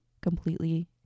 completely